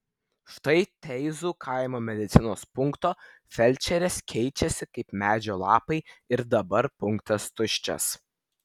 štai teizų kaimo medicinos punkto felčerės keičiasi kaip medžio lapai ir dabar punktas tuščias